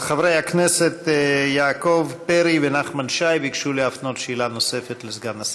אז חברי הכנסת יעקב פרי ונחמן שי ביקשו להפנות שאלה נוספת לסגן השר.